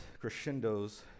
crescendos